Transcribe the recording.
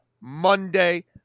Monday